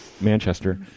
Manchester